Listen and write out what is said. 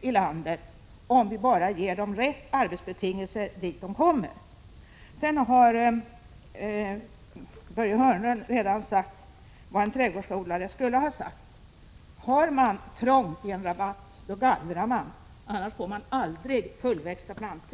i landet, om vi bara ger dem de rätta arbetsbetingelserna på den ort de kommer till. Börje Hörnlund har redan sagt vad en trädgårdsodlare skulle ha sagt. Har man trångt i en rabatt gallrar man, annars får man aldrig fullväxta plantor.